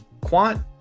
Quant